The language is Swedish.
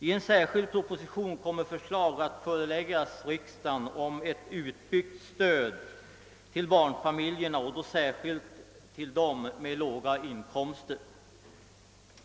I en särskild proposition kommer förslag att föreläggas riksdagen om ett utbyggt stöd till barnfamiljerna — och då särskilt till dem med låga inkomster.